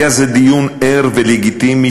היה זה דיון ער ולגיטימי,